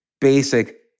basic